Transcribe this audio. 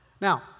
Now